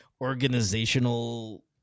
organizational